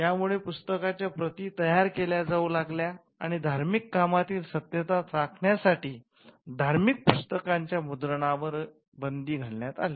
यामुळे पुस्तकांच्या प्रती तयार केल्या जाऊ लागल्या आणि धार्मिक कामातील सत्यता राखण्या साठी धार्मिक पुस्तकांच्या मुद्रणावर बंदी घालण्यात आली